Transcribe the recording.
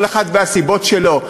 כל אחת והסיבות שלה.